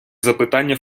запитання